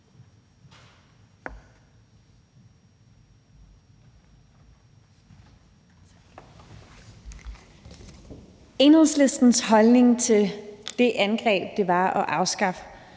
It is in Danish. Enhedslistens holdning til det angreb, det var at afskaffe